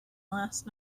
last